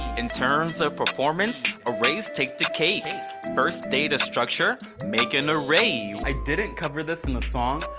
in terms of performance arrays take the cake first data structure make an array i didn't cover this in the song,